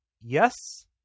Yes